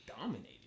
dominated